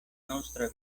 nostra